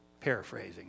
paraphrasing